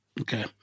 Okay